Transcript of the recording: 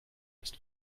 ist